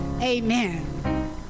Amen